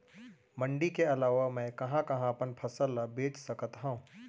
मण्डी के अलावा मैं कहाँ कहाँ अपन फसल ला बेच सकत हँव?